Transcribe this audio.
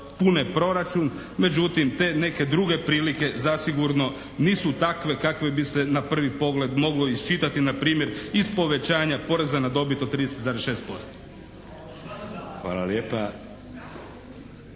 pune proračune, međutim te neke druge prilike zasigurno nisu takve kakve bi se na prvi pogled moglo isčitati na primjer iz povećanja poreza na dobit od 30,6%. **Šeks,